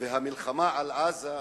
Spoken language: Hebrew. והמלחמה בעזה.